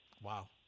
Wow